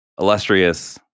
illustrious